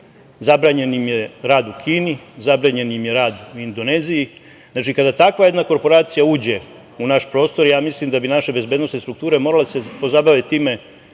zabranjen im je rad u Kini, zabranjen im je rad u Indoneziji. Znači, kada takva jedna korporacija uđe u naš prostor, ja mislim da bi naše bezbednosne strukture, morale da se pozabave time